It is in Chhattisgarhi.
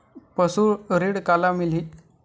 पशु ऋण काला मिलही?